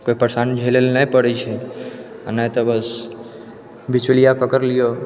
कोइ परेशानी झेलैलए नहि पड़ै छै आओर नहि तऽ बस बिचौलिया पकड़ि लिऔ